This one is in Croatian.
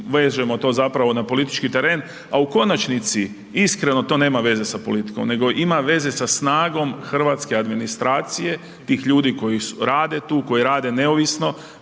vežemo to zapravo na politički teren. A u konačnici iskreno to nema veze sa politikom nego ima veze sa snagom hrvatske administracije, tih ljudi koji rade tu, koji rade neovisno